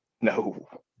no